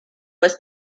was